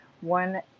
one